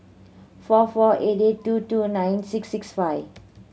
four four eight two two nine six six five